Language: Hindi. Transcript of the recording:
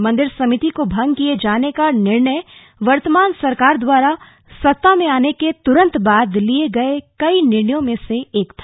मंदिर समिति को भंग किये जाने का निर्णय वर्तमान सरकार द्वारा सत्ता में आने के तुरंत बाद लिये गये कई निर्णयों में से एक था